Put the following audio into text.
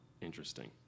interesting